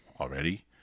already